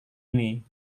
ini